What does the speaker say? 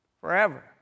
forever